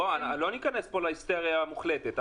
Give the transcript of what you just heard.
בואו, לא ניכנס פה להיסטריה מוחלטת.